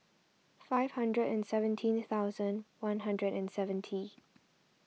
five hundred and seventeen thousand one hundred and seventy